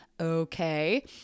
okay